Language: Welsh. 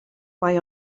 mae